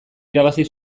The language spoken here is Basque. irabazi